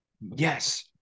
yes